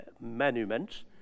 monuments